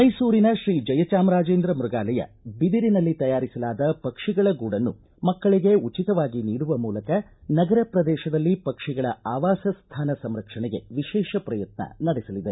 ಮೈಸೂರಿನ ಶ್ರೀ ಜಯಚಾಮರಾಜೇಂದ್ರ ಮ್ಯಗಾಲಯ ಬಿದಿರಿನಲ್ಲಿ ತಯಾರಿಸಲಾದ ಪಕ್ಷಿಗಳ ಗೂಡನ್ನು ಮಕ್ಕಳಿಗೆ ಉಚಿತವಾಗಿ ನೀಡುವ ಮೂಲಕ ನಗರ ಪ್ರದೇಶದಲ್ಲಿ ಪಕ್ಷಿಗಳ ಆವಾಸ ಸ್ಥಾನ ಸಂರಕ್ಷಣೆಗೆ ವಿಶೇಷ ಪ್ರಯತ್ನ ನಡೆಸಲಿದೆ